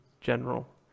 general